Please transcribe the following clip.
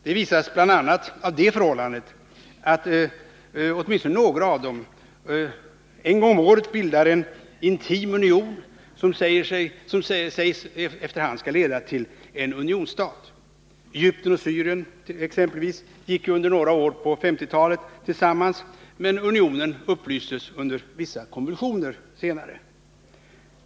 Detta visas bl.a. av det förhållandet att några av dem åtminstone en gång om året bildar en intim union som sägs efter hand skall leda till bildandet av en unionsstat. Egypten och Syrien exempelvis gick ju under några år på 1950-talet tillsammans, men unionen upplöstes senare under vissa konvulsioner.